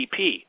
GDP